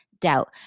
doubt